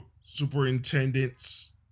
superintendents